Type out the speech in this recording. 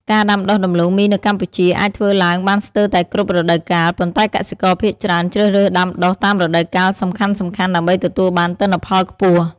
ការដាំដុះដំឡូងមីនៅកម្ពុជាអាចធ្វើឡើងបានស្ទើរតែគ្រប់រដូវកាល ប៉ុន្តែកសិករភាគច្រើនជ្រើសរើសដាំដុះតាមរដូវកាលសំខាន់ៗដើម្បីទទួលបានទិន្នផលខ្ពស់។